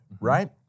right